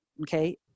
okay